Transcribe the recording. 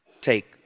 take